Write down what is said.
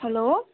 hello